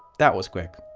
that was quick.